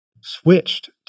switched